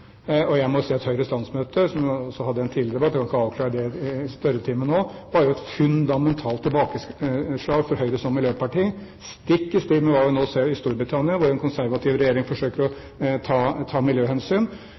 Jeg må si at Høyres landsmøte – som jeg også hadde i en tidligere debatt, jeg kan ikke avklare det i spørretimen nå – var et fundamentalt tilbakeslag for Høyre som miljøparti, stikk i strid med hva vi nå ser i Storbritannia, hvor den konservative regjeringen forsøker å ta miljøhensyn.